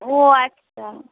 ও আচ্ছা